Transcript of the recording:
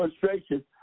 frustration